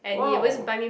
wow